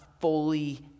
fully